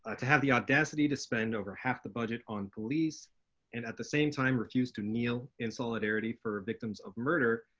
ah to have the audacity to spend over half the budget on police and at the same time refused to kneel in solidarity for victims of murder,